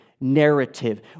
narrative